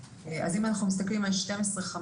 אז אם אנחנו מסתכלים על הקבוצה של 12-15,